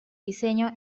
diseño